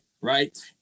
right